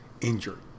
injured